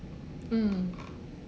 mm